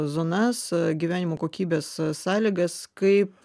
zonas gyvenimo kokybės sąlygas kaip